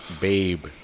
babe